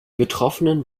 betroffenen